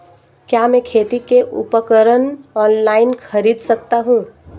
क्या मैं खेती के उपकरण ऑनलाइन खरीद सकता हूँ?